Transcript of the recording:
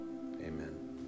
amen